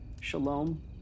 shalom